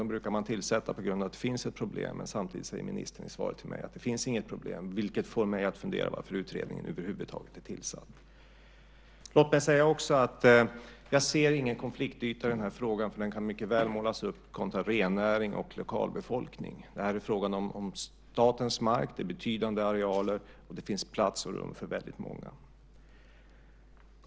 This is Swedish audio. Dem brukar man tillsätta på grund av att det finns ett problem. Samtidigt säger ministern i svaret till mig att det inte finns något problem, vilket får mig att fundera på varför utredningen över huvud taget är tillsatt. Låt mig också säga att jag inte ser någon konfliktyta i frågan. Den kan mycket väl målas upp kontra rennäring och lokalbefolkning. Här är det fråga om statens mark; det är betydande arealer, och det finns plats och rum för många.